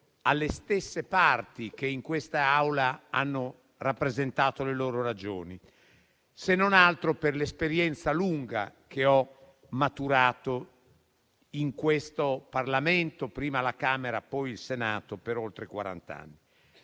alle stesse parti che in quest'Aula hanno rappresentato le loro ragioni, se non altro per la lunga esperienza che ho maturato in questo Parlamento, prima alla Camera e poi al Senato, per oltre quarant'anni.